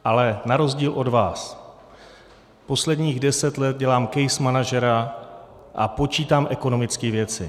Ale na rozdíl od vás posledních deset let dělám case managera a počítám ekonomické věci.